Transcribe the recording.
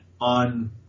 on